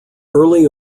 early